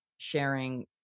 sharing